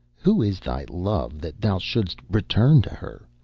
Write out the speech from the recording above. who is thy love, that thou shouldst return to her?